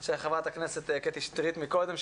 של חברת הכנסת קטי שטרית קודם,